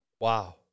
Wow